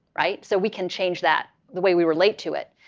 right? so we can change that, the way we relate to it.